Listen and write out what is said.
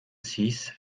six